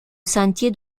sentiers